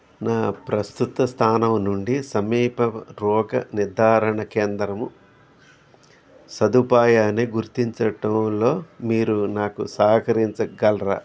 నా ప్రస్తుత స్థానం నుండి సమీప రోగ నిర్ధారణ కేంద్రము సదుపాయాన్ని గుర్తించటంలో మీరు నాకు సహకరించగలరా